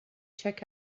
check